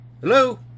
Hello